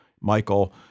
Michael